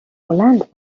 بلند